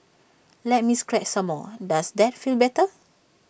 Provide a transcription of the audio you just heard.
let me scratch some more does that feel better